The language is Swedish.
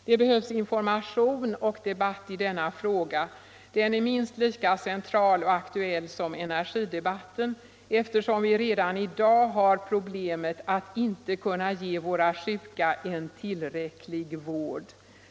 Det behövs information och debatt i denna fråga — den är minst lika central och aktuell som energidebatten — eftersom vi redan i dag har problemet att inte kunna ge våra sjuka en tillräcklig vård.